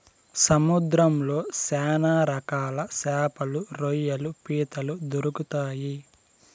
సముద్రంలో శ్యాన రకాల శాపలు, రొయ్యలు, పీతలు దొరుకుతాయి